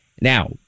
Now